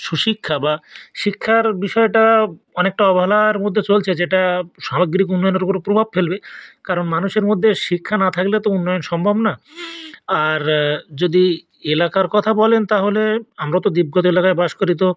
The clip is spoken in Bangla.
সুশিক্ষা বা শিক্ষার বিষয়টা অনেকটা অবহেলার মধ্যে চলছে যেটা সামগ্রিক উন্নয়নের উপরে প্রভাব ফেলবে কারণ মানুষের মধ্যে শিক্ষা না থাকলে তো উন্নয়ন সম্ভব না আর যদি এলাকার কথা বলেন তাহলে আমরা তো দ্বীপগত এলাকায় বাস করি তো